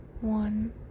one